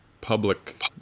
public